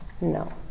No